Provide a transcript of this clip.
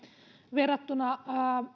verrattuna